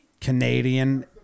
Canadian